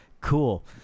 Cool